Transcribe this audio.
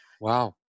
Wow